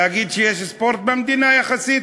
להגיד שיש ספורט במדינה, יחסית